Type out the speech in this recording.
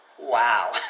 wow